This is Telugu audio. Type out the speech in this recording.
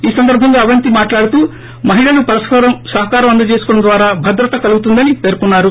ఈ సందర్సంగా అవంతి మాట్లాడుతూ మహిళలు పరస్సరం సహకారం అందజేసుకోవడం ద్వారా భద్రత కలుగుతుందని పేర్కొన్నారు